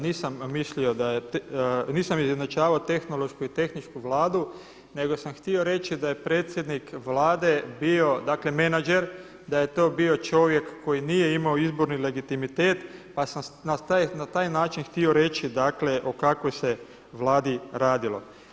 Nisam mislio da je, nisam izjednačavao tehnološku i tehničku Vladu, nego sam htio reći da je predsjednik Vlade bio dakle menadžer, da je to bio čovjek koji nije imao izborni legitimitet pa sam na taj način htio reći dakle o kakvoj se Vladi radilo.